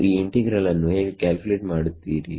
ನೀವು ಈ ಇಂಟಿಗ್ರಲ್ ನ್ನು ಹೇಗೆ ಕ್ಯಾಲ್ಕುಲೇಟ್ ಮಾಡುತ್ತೀರಿ